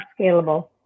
scalable